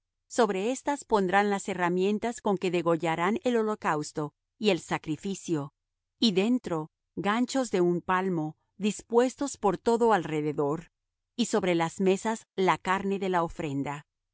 sobre éstas pondrán las herramientas con que degollarán el holocausto y el sacrificio y dentro ganchos de un palmo dispuestos por todo alrededor y sobre las mesas la carne de la ofrenda